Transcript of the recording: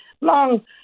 long